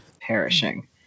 perishing